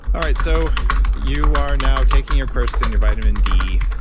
all right. so you are now taking your quercetin, your vitamin d,